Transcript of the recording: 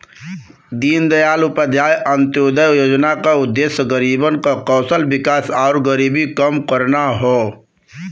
दीनदयाल उपाध्याय अंत्योदय योजना क उद्देश्य गरीबन क कौशल विकास आउर गरीबी कम करना हौ